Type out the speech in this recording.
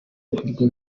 ibikorwa